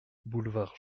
boulevard